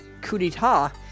Kudita